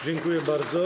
Dziękuję bardzo.